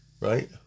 right